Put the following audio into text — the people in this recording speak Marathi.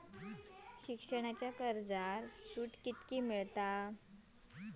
शिक्षणाच्या कर्जावर सूट किती मिळात?